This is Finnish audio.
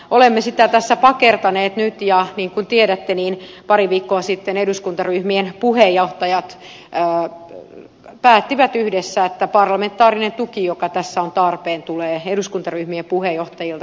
olemme sitä tässä pakertaneet nyt ja niin kuin tiedätte pari viikkoa sitten eduskuntaryhmien puheenjohtajat päättivät yhdessä että parlamentaarinen tuki joka tässä on tarpeen tulee eduskuntaryhmien puheenjohtajilta